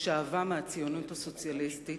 ששאבה מהציונות הסוציאליסטית,